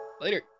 Later